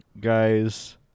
Guys